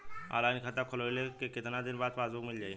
Online खाता खोलवईले के कितना दिन बाद पासबुक मील जाई?